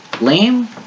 lame